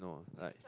no like